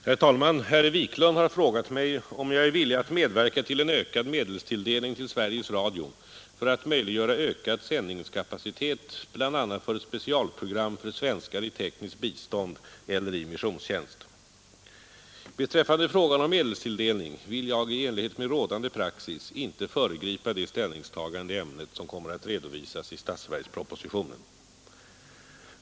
Herr talman! Herr Wiklund i Stockholm har frågat mig om jag är villig att medverka till en ökad medelstilldelning till Sveriges Radio för att möjliggöra ökad sändningskapacitet, bl.a. för specialprogram för svenskar i tekniskt bistånd eller i missionstjänst. Beträffande frågan om medelstilldelning vill jag i enlighet med rådande praxis inte föregripa det ställningstagande i ämnet som kommer att redovisas i statsverkspropositionen.